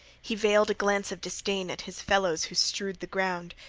he veiled a glance of disdain at his fellows who strewed the ground,